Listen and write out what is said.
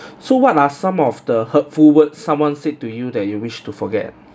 so what are some of the hurtful words someone said to you that you wish to forget